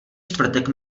čtvrtek